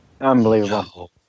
Unbelievable